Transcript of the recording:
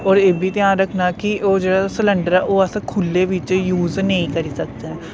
और इब्भी ध्यान रक्खना कि ओह् जेह्ड़ा सिलेंडर ऐ ओह् अस्स खु'ल्ले बिच्च यूज नेई करी सकचै